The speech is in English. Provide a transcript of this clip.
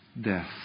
death